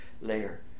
layer